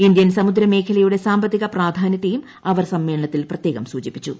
Indian സമുദ്രമേഖലയുടെ സാമ്പത്തിക പ്രാധാന്യത്തെയും അവർ സമ്മേളനത്തിൽ പ്രത്യേകം സൂചിപ്പിച്ചു